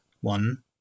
one